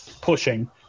pushing